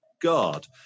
God